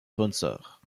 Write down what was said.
sponsors